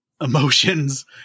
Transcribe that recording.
emotions